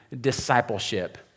discipleship